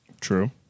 true